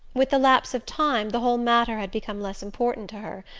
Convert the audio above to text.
with the lapse of time the whole matter had become less important to her,